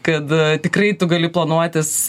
kad tikrai tu gali planuotis